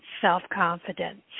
self-confidence